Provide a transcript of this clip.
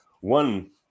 one